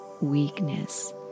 weakness